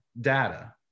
data